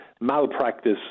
malpractice